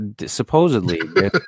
supposedly